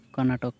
Karnataka